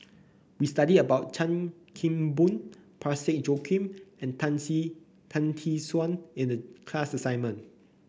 we studied about Chan Kim Boon Parsick Joaquim and Tan See Tan Tee Suan in the class assignment